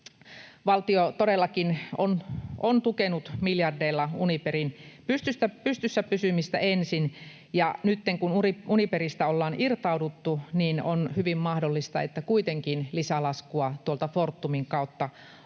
Valtio todellakin on tukenut miljardeilla Uniperin pystyssä pysymistä ensin, ja nytten kun Uniperista ollaan irtauduttu, niin on hyvin mahdollista, että kuitenkin lisälaskua tuolta Fortumin kautta on